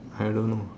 I don't know